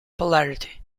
polarity